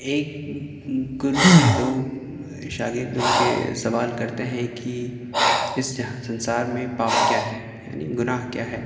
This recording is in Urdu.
ایک گرو سے دو شاگرد ان کے سوال کرتے ہیں کہ اس جہاں سنسار میں پاپ کیا ہے یعنی گناہ کیا ہے